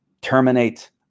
terminate